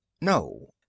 no